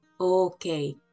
okay